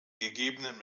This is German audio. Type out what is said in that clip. gegebenen